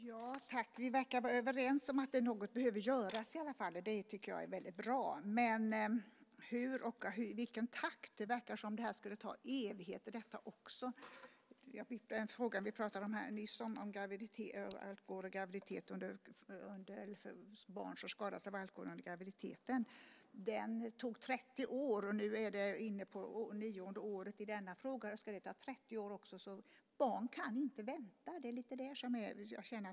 Fru talman! Vi verkar vara överens om att något behöver göras. Det tycker jag är bra. Men hur och i vilken takt? Det verkar som om även detta tar evigheter. Vi pratade nyss om barn som skadas av alkohol under graviditeten. Den frågan tog 30 år. Vi är nu inne på nionde året i denna fråga. Ska det också ta 30 år? Barn kan inte vänta.